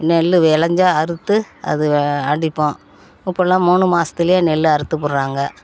நெல் வெளைஞ்சா அறுத்து அது அடிப்போம் இப்போதெல்லாம் மூணு மாசத்துலேயே நெல் அறுத்து விட்றாங்க